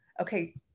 Okay